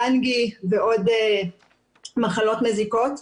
דנגי ועוד מחלות מזיקות,